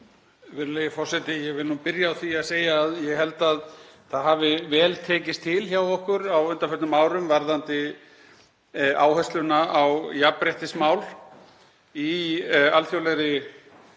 Ég vil byrja á því að segja að ég held að það hafi vel tekist til hjá okkur á undanförnum árum varðandi áhersluna á jafnréttismál í alþjóðlegri